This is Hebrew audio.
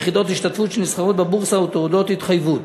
יחידות השתתפות שנסחרות בבורסה או תעודות התחייבות.